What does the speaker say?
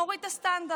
נוריד את הסטנדרט,